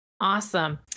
Awesome